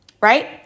right